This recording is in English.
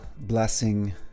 blessing